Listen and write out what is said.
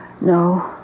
No